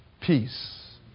Peace